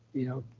you know,